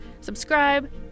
subscribe